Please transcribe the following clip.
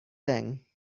thing